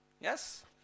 Yes